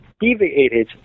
deviated